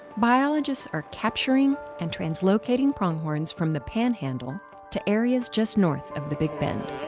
biologists are capturing and translocating pronghorns from the panhandle to areas just north of the big bend.